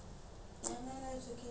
I saved my money